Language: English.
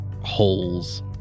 holes